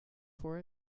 for